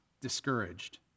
discouraged